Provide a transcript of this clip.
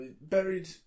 buried